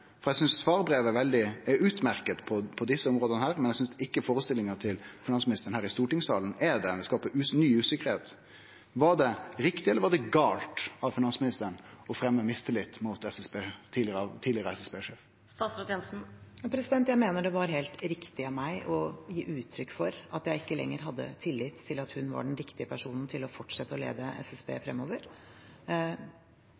for eg synest svarbrevet er utmerkt på dessa områda, men eg synest ikkje førestillinga til finansministeren her i stortingssalen er det, ho skapar ny usikkerheit – var det riktig eller gale av finansministeren å fremje mistillit mot den tidlegare SSB-sjefen? Jeg mener det var helt riktig av meg å gi uttrykk for at jeg ikke lenger hadde tillit til at hun var den riktige personen til å fortsette å lede SSB